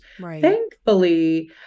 thankfully